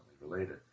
related